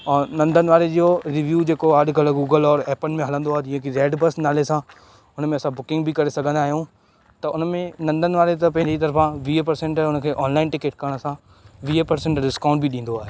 और नंदन वारे जो रिव्यू जेको आहे अॼकल्ह गूगल और एपनि में हलंदो आहे जीअं की रेड बस नाले सां उनमें असां बुकिंग बि करे सघंदा आहियूं त उनमें नंदन वारे त पंहिंजी तरफ़ा वीह परसेंट हुनखे ऑनलाइन टिकिट करण सां वीह परसेंट डिस्काउंट बि ॾींदो आहे